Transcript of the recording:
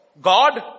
God